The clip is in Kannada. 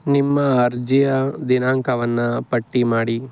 ನಿಮ್ಮ ಅರ್ಜಿಯ ದಿನಾಂಕವನ್ನು ಪಟ್ಟಿ ಮಾಡಿ